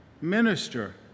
minister